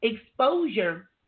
exposure